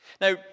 now